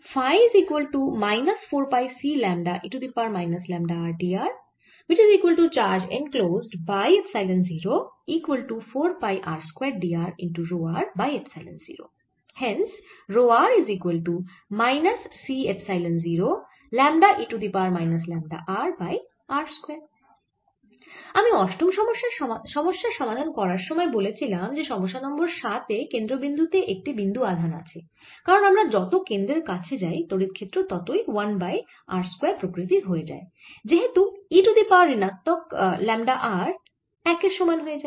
আমি অষ্টম সমস্যার সমাধান করার সময় বলেছিলাম যে সমস্যা নম্বর 7 এ কেন্দ্র বিন্দু তে একটি বিন্দু আধান আছে কারণ আমরা যত কেন্দ্রের কাছে যাই তড়িৎ ক্ষেত্র ততই 1 বাই r স্কয়ার প্রকৃতির হয়ে যায় যেহেতু e টু দি পাওয়ার ঋণাত্মক ল্যামডা r 1 এর সমান হয়ে যায়